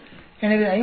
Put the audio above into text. எனவே 50